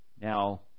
Now